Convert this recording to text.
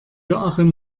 joachim